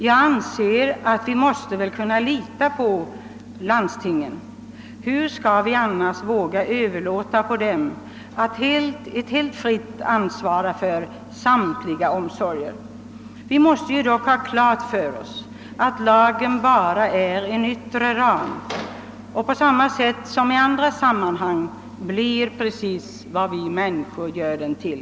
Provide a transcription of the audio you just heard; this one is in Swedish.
Jag anser att vi måste kunna lita på landstingen; hur skulle vi annars våga överlåta på dem att helt fritt ansvara för samtliga omsorger? Vi måste dock ha klart för oss att lagen bara är en yttre ram och på samma sätt som i andra sammanhang blir precis vad vi människor gör den till.